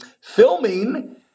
filming